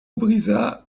brisa